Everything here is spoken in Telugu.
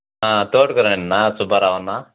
తోలుకురండి అన్న సుబ్బారావు అన్న